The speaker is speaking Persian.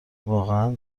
واقعا